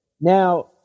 Now